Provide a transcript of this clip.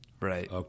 Right